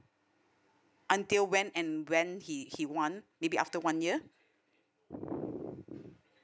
until when and when he he want maybe after one year